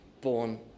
born